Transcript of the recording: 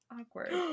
Awkward